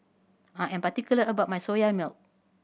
I am particular about my Soya Milk